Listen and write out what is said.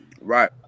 Right